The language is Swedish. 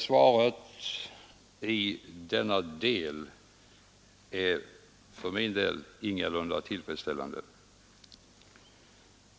Svaret i denna del är för mig ingalunda tillfredsställande.